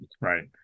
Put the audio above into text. right